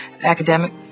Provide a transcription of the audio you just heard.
academic